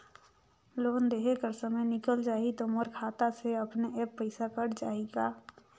Loan देहे कर समय निकल जाही तो मोर खाता से अपने एप्प पइसा कट जाही का?